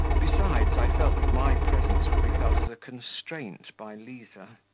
besides, i felt that my presence would be felt as a constraint by liza.